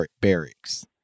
barracks